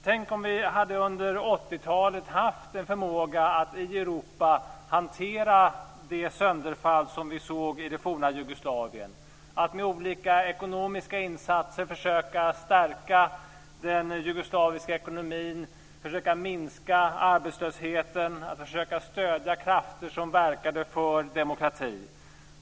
Tänk om vi under 80-talet hade haft en förmåga att i Europa hantera det sönderfall som vi såg i det forna Jugoslavien, om vi med olika ekonomiska insatser hade försökt stärka den jugoslaviska ekonomin, försökt minska arbetslösheten och försökt stödja krafter som verkade för demokrati.